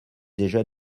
déjà